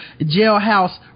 jailhouse